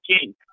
king